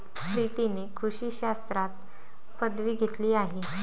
प्रीतीने कृषी शास्त्रात पदवी घेतली आहे